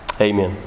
amen